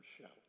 shout